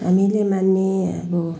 हामीले मान्ने अब